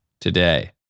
today